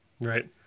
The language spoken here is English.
Right